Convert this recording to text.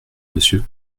monsieur